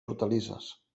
hortalisses